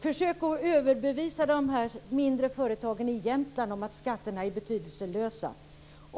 Försök att överbevisa de här mindre företagen i Jämtland om att skatterna är betydelselösa!